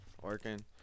Working